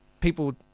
people